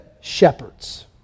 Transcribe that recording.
shepherds